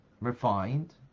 refined